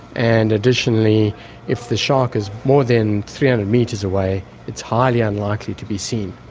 and additionally if the shark is more than three hundred metres away it's highly unlikely to be seen.